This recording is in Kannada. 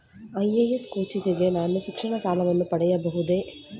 ಐ.ಎ.ಎಸ್ ಕೋಚಿಂಗ್ ಗೆ ನಾನು ಶಿಕ್ಷಣ ಸಾಲವನ್ನು ಪಡೆಯಬಹುದೇ?